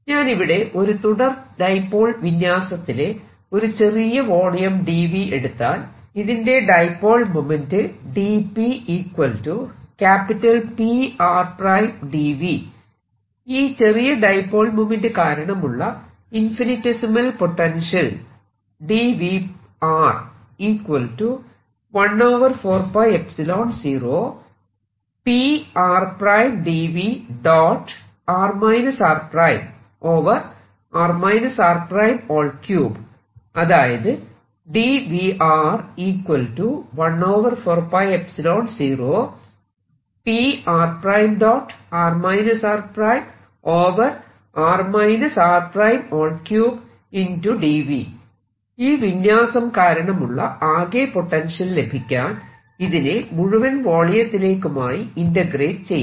ഞാൻ ഇവിടെ ഒരു തുടർ ഡൈപോൾ വിന്യാസത്തിലെ ഒരു ചെറിയ വോളിയം dV എടുത്താൽ ഇതിന്റെ ഡൈപോൾ മൊമെൻറ് ഈ ചെറിയ ഡൈപോൾ മൊമെൻറ് കാരണമുള്ള ഇൻഫിനിറ്റെസിമൽ പൊട്ടൻഷ്യൽ അതായത് ഈ വിന്യാസം കാരണമുള്ള ആകെ പൊട്ടൻഷ്യൽ ലഭിക്കാൻ ഇതിനെ മുഴുവൻ വോളിയത്തിലേക്കുമായി ഇന്റഗ്രേറ്റ് ചെയ്യണം